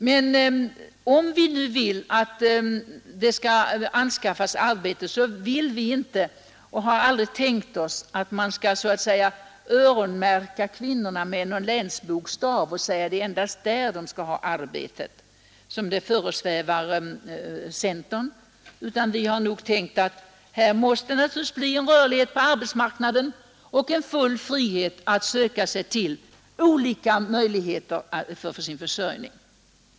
Men om vi nu vill att det skall anskaffas arbete, har vi aldrig tänkt oss att man så att säga skall öronmärka kvinnorna med någon länsbokstav och säga att det endast är där de skall ha arbete som det föresvävar centerpartiet. Vi har nog tänkt att det här måste bli en rörlighet på arbetsmarknaden och full frihet att söka sig till olika möjligheter för sin försörjning.